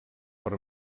per